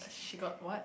she got [what]